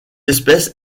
espèce